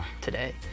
today